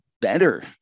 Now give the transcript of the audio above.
better